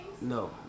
No